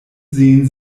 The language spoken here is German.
sehen